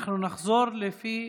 נחזור לפי